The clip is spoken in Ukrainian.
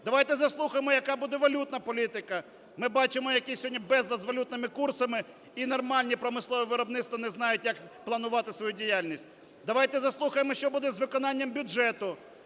Давайте заслухаємо, яка буде валютна політика. Ми бачимо, який сьогодні безлад з валютними курсами, і нормальні промислові виробництва не знають, як планувати свою діяльність. Давайте заслухаємо, що буде із виконанням бюджету,